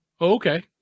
okay